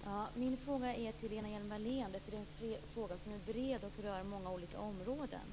Fru talman! Min fråga ställer jag till Lena Hjelm Wallén, därför att det är en fråga som är bred och rör många olika områden.